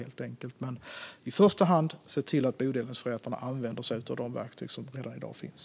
Men det handlar i första hand om att se till att bodelningsförrättarna använder sig av de verktyg som redan i dag finns.